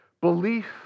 belief